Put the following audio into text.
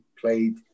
played